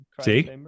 see